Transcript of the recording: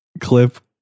clip